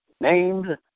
named